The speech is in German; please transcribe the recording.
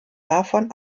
davon